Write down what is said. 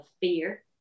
fear